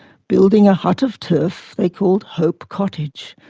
building a hut of turf they called hope cottage.